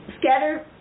scattered